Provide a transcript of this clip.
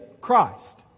Christ